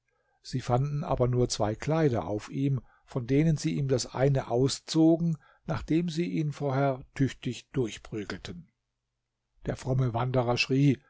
sie fanden aber nur zwei kleider auf ihm von denen sie ihm das eine auszogen nachdem sei ihn vorher tüchtig durchprügelten der fromme wanderer schrie